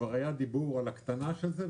וכבר היה דיבור על הקטנה של זה.